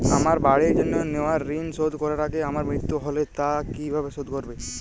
আমার বাড়ির জন্য নেওয়া ঋণ শোধ করার আগে আমার মৃত্যু হলে তা কে কিভাবে শোধ করবে?